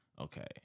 okay